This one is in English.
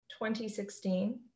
2016